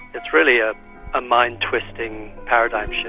it's really a ah mind-twisting paradigm